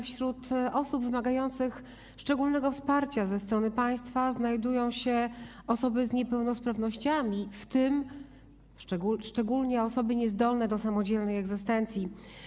Wśród osób wymagających szczególnego wsparcia ze strony państwa znajdują się osoby z niepełnosprawnościami, w tym szczególnie osoby niezdolne do samodzielnej egzystencji.